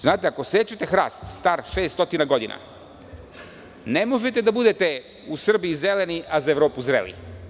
Znate, ako sečete hrast star 600 godina, ne možete da budete u Srbiji "Zeleni", a za Evropu zreli.